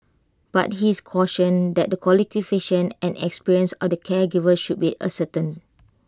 but his caution that the qualifications and experience of the caregivers should be ascertained